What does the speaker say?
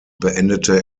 beendete